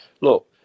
look